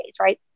right